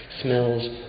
smells